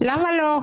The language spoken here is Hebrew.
למה לא?